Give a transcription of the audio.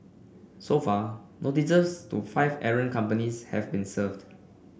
so far notices to five errant companies have been served